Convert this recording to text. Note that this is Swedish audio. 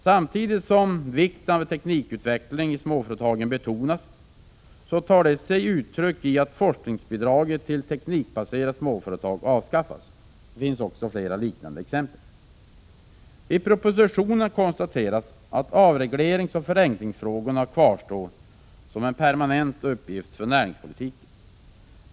Samtidigt som vikten av teknikutveckling i småföretagen betonas tar detta sig uttryck i att forskningsbidraget till teknikbaserade småföretag avskaffas. Det finns fler liknande exempel. I propositionen konstateras att avregleringsoch förenklingsfrågorna kvarstår som en permanent uppgift för näringspolitiken.